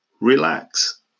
Relax